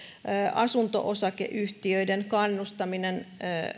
asunto osakeyhtiöiden kannustaminen